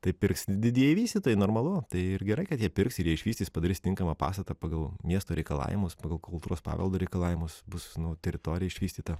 tai pirks didieji vystytojai normalu tai ir gerai kad jie pirks ir jie išvystys padarys tinkamą pastatą pagal miesto reikalavimus pagal kultūros paveldo reikalavimus bus nu teritorija išvystyta